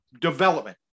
development